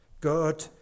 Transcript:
God